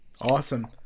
Awesome